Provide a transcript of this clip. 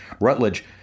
Rutledge